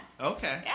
Okay